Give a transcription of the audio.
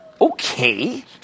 Okay